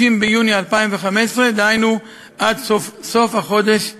30 ביוני 2015, דהיינו עד סוף החודש הזה.